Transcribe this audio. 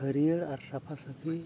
ᱦᱟᱹᱨᱭᱟᱹᱲ ᱟᱨ ᱥᱟᱯᱷᱟᱼᱥᱟᱹᱯᱷᱤ